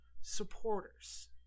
Supporters